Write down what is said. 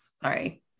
sorry